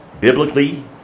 biblically